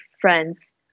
friends